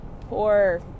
poor